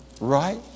right